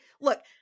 look